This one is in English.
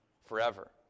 forever